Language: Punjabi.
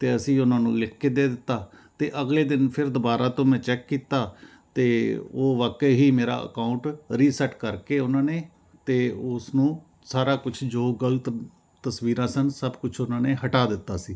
ਅਤੇ ਅਸੀਂ ਉਹਨਾਂ ਨੂੰ ਲਿਖ ਕੇ ਦੇ ਦਿੱਤਾ ਅਤੇ ਅਗਲੇ ਦਿਨ ਫਿਰ ਦੁਬਾਰਾ ਤੋਂ ਮੈਂ ਚੈੱਕ ਕੀਤਾ ਅਤੇ ਉਹ ਵਾਕਈ ਹੀ ਮੇਰਾ ਅਕਾਊਂਟ ਰੀਸੈਟ ਕਰਕੇ ਉਹਨਾਂ ਨੇ ਅਤੇ ਉਸ ਨੂੰ ਸਾਰਾ ਕੁਝ ਜੋ ਗਲਤ ਤਸਵੀਰਾਂ ਸਨ ਸਭ ਕੁਝ ਉਹਨਾਂ ਨੇ ਹਟਾ ਦਿੱਤਾ ਸੀ